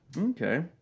Okay